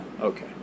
Okay